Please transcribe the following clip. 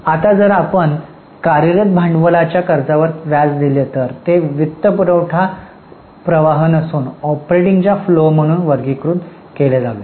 आता जर आपण कार्यरत भांडवलाच्या कर्जावर व्याज दिले तर ते वित्तपुरवठा प्रवाह नसून ऑपरेटिंग फ्लो म्हणून वर्गीकृत केले जावे